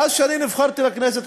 מאז נבחרתי לכנסת,